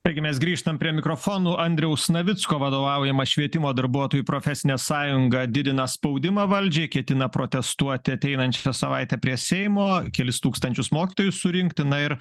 taigi mes grįžtam prie mikrofonų andriaus navicko vadovaujama švietimo darbuotojų profesinė sąjunga didina spaudimą valdžiai ketina protestuoti ateinančią savaitę prie seimo kelis tūkstančius mokytojų surinkti na ir